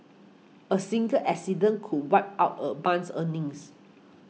a single accident could wipe out a month's earnings